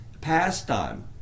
pastime